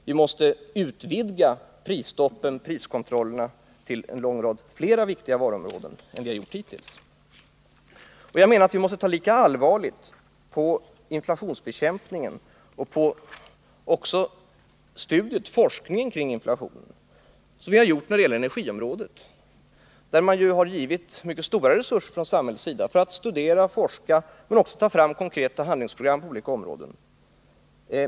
Vi måste utvidga prisstoppen och priskontrollerna till en lång rad andra viktiga varuområden. Man måste ta lika allvarligt på inflationsbekämpningen och forskningen kringinflationen som man gjort när det gäller energin, där samhället har givit stora resurser när det gällt forskning och att ta fram konkreta handlingsprogram på olika områden.